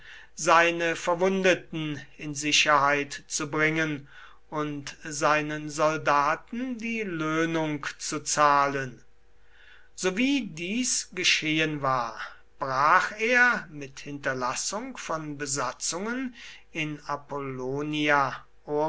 seine verwundeten in sicherheit zu bringen und seinen soldaten die löhnung zu zahlen sowie dies geschehen war brach er mit hinterlassung von besatzungen in apollonia